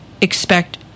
expect